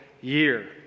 year